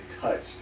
Touched